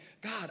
God